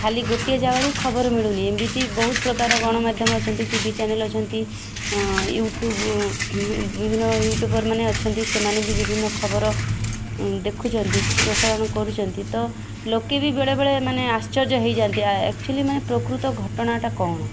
ଖାଲି ଗୋଟିଏ ଜାଗାରୁ ଖବର ମିଳୁନି ଏମିତି ବହୁତ ପ୍ରକାର ଗଣମାଧ୍ୟମ ଅଛନ୍ତି ଟି ଭି ଚ୍ୟାନେଲ୍ ଅଛନ୍ତି ୟୁଟ୍ୟୁବ୍ ବିଭିନ୍ନ ୟୁଟ୍ୟୁବ୍ର ମାନେ ଅଛନ୍ତି ସେମାନେ ବି ବିଭିନ୍ନ ଖବର ଦେଖୁଛନ୍ତି ପ୍ରସାରଣ କରୁଛନ୍ତି ତ ଲୋକ ବି ବେଳେବେଳେ ମାନେ ଆଶ୍ଚର୍ଯ୍ୟ ହେଇଯାନ୍ତି ଅକ୍ଚ୍ୟୁଆଲି ମାନେ ପ୍ରକୃତ ଘଟଣାଟା କ'ଣ